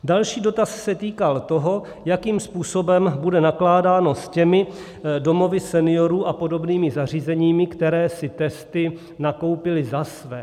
Další dotaz se týkal toho, jakým způsobem bude nakládáno s těmi domovy seniorů a podobnými zařízeními, které testy nakoupily za své.